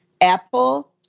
Apple